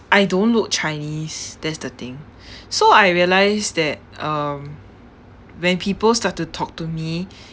I don't look Chinese that's the thing so I realised that um when people start to talk to me